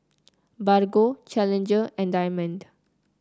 Bargo Challenger and Diamond